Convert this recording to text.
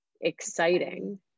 exciting